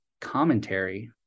commentary